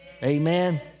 Amen